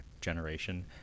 generation